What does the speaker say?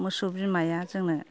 मोसौ बिमाया जोंनो